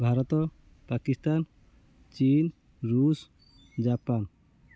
ଭାରତ ପାକିସ୍ତାନ ଚୀନ ରୁଷ ଜାପାନ